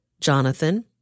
Jonathan